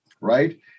right